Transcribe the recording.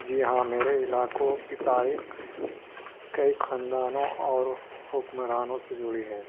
جی ہاں میرے علاقوں کی تاریخ کئی خاندانوں اور حکمرانوں سے جڑی ہے